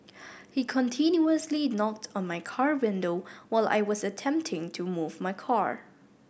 he continuously knocked on my car window while I was attempting to move my car